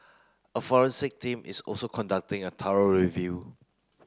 a forensic team is also conducting a thorough review